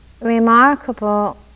remarkable